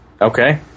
Okay